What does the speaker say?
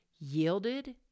yielded